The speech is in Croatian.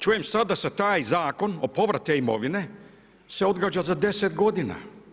Čujem sad da se taj zakon o povratu te imovine se odgađa za 10 godina.